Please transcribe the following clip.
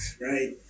right